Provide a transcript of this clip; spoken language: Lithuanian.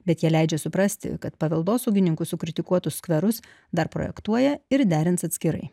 bet jie leidžia suprasti kad paveldosaugininkų sukritikuotus skverus dar projektuoja ir derins atskirai